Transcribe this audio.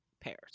pairs